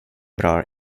bra